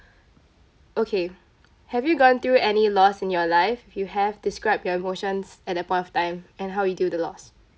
okay have you gone through any loss in your life if you have describe your emotions at that point of time and how you deal with the loss